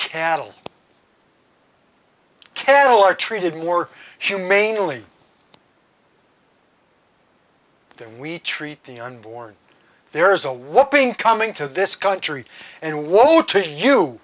cattle cattle are treated more humanely than we treat the unborn there is a whopping coming to this country and woe to you